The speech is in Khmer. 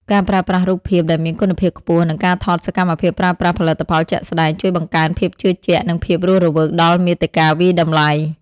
ការប្រើប្រាស់រូបភាពដែលមានគុណភាពខ្ពស់ និងការថតសកម្មភាពប្រើប្រាស់ផលិតផលជាក់ស្តែង ជួយបង្កើនភាពជឿជាក់ និងភាពរស់រវើកដល់មាតិកាវាយតម្លៃ។